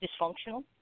dysfunctional